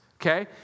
Okay